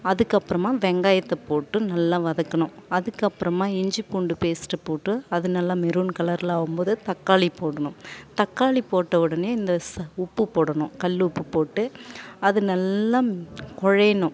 அதுக்கப்புறமா வெங்காயத்தை போட்டு நல்லா வதக்கணும் அதுக்கப்புறமா இஞ்சி பூண்டு பேஸ்ட்டை போட்டு அது நல்லா மெரூன் கலரில் ஆகும்போது தக்காளி போடணும் தக்காளி போட்ட உடனே இந்த ச உப்பு போடணும் கல் உப்பு போட்டு அது நல்லா குழையிணும்